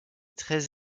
très